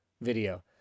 video